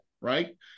right